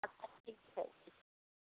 अच्छा ठीक छै